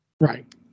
Right